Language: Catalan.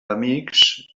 amics